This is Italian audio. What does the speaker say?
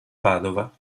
padova